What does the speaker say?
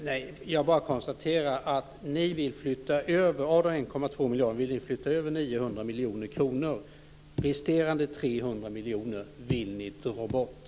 Fru talman! Jag bara konstaterar att ni av de 1,2 miljarderna vill flytta över 900 miljoner kronor. Resterande 300 miljoner vill ni dra bort.